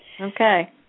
Okay